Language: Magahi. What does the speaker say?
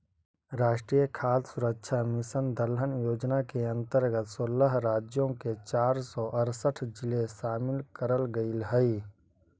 राष्ट्रीय खाद्य सुरक्षा मिशन दलहन योजना के अंतर्गत सोलह राज्यों के चार सौ अरसठ जिले शामिल करल गईल हई